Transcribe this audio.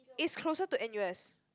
is closer to n_u_s